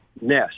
nest